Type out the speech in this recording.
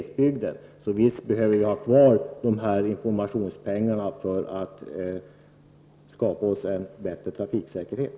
Så visst behöver vi behålla dessa informationspengar för att kunna skapa oss en bättre trafiksäkerhet.